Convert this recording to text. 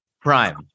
Prime